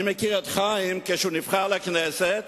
אני מכיר את חיים מאז שהוא נבחר לכנסת,